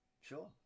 Sure